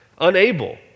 Unable